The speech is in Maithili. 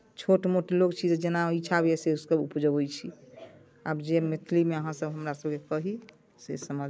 छोट मोट लोक छी तऽ जेना इच्छा होइए सेसभ उपजबैत छी आब जे मैथिलीमे अहाँसभ हमरासभके कही से समझ